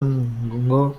ngo